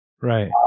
Right